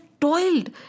toiled